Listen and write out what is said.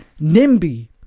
NIMBY